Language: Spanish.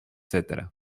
etc